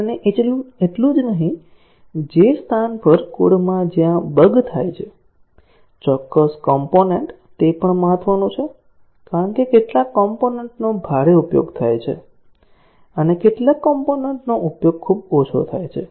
અને એટલું જ નહીં જે સ્થાન પર કોડમાં જ્યાં બગ થાય છે ચોક્કસ કોમ્પોનન્ટ તે પણ મહત્વનું છે કારણ કે કેટલાક કોમ્પોનન્ટ નો ભારે ઉપયોગ થાય છે અને કેટલાક કોમ્પોનન્ટ નો ઉપયોગ ખૂબ ઓછો થાય છે